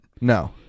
No